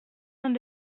ont